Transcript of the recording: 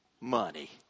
money